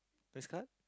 press card